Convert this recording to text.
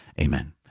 amen